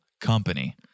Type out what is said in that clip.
company